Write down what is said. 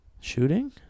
Shooting